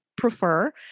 prefer